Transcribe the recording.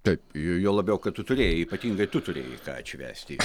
taip j juo labiau kad tu turėjai ypatingai tu turėjai ką atšvęsti